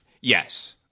Yes